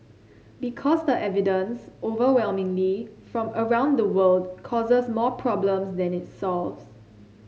because the evidence overwhelmingly from around the world causes more problems than it solves